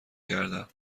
کردم